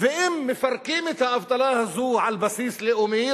ואם מפרקים את האבטלה הזאת על בסיס לאומי,